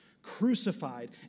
crucified